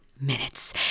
minutes